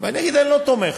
ואני אגיד: אני לא תומך.